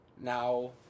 now